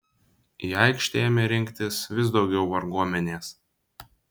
į aikštę ėmė rinktis vis daugiau varguomenės